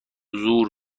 زور